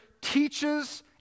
teaches